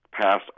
passed